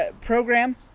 program